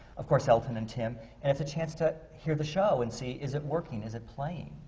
of course, elton and tim. and it's a chance to hear the show and see, is it working? is it playing?